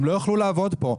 הם לא יוכלו לעבוד פה.